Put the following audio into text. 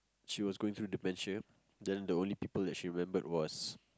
she was going through dementia then the only people that she remembered was